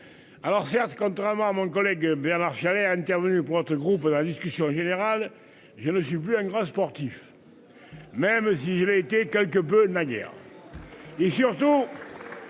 Alors certes, contrairement à mon collègue Bernard Charlès intervenu pour notre groupe, dans la discussion générale. Je ne suis plus un grand sportif. Même s'il a été quelque peu de manière. Et surtout.